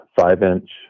five-inch